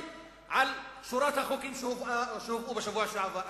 על שורת החוקים שהובאו בשבוע שעבר.